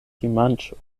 dimanĉo